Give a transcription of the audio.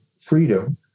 freedom